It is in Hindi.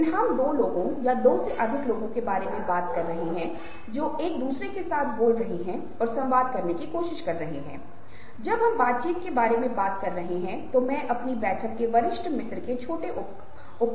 हम उन्हें नियंत्रित करने में सक्षम होने से पहले अभिव्यक्ति देने का प्रबंधन करते हैं और ये अभिव्यक्तियाँ किसी भी चीज़ पर एक सेकंड के एक चौथे से एक सेकंड के एक पंद्रहवें द्वारा विश्वास करती हैं